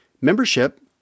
Membership